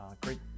Great